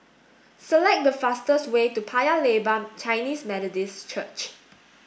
select the fastest way to Paya Lebar Chinese Methodist Church